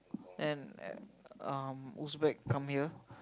then um Uzbek come here